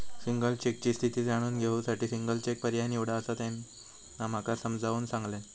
single चेकची स्थिती जाणून घेऊ साठी सिंगल चेक पर्याय निवडा, असा त्यांना माका समजाऊन सांगल्यान